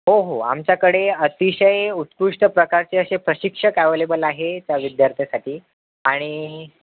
हो हो आमच्याकडे अतिशय उत्कृष्ट प्रकारचे असे प्रशिक्षक अवेलेबल आहे त्या विद्यार्थ्यासाठी आणि